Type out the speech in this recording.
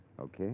okay